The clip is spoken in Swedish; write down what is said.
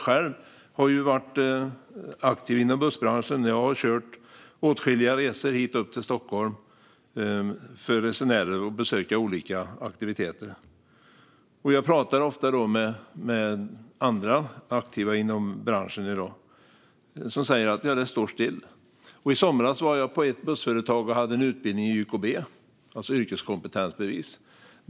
Jag har själv varit aktiv inom bussbranschen och har kört åtskilliga resor upp hit till Stockholm med resenärer som skulle besöka olika aktiviteter. Jag pratar ofta med andra som är aktiva i branschen i dag. De säger att det står stilla. I somras var jag på ett bussföretag och höll en utbildning i YKB, yrkeskompetensbevis.